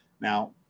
Now